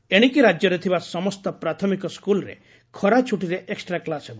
class ଏଶିକି ରାଜ୍ୟରେ ଥିବା ସମସ୍ତ ପ୍ରାଥମିକ ସ୍କୁଲରେ ଖରାଛୁଟିରେ ଏକୃଷ୍ଟ୍ରା କ୍ଲାସ ହେବ